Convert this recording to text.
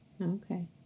Okay